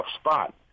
spot